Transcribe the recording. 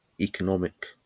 economic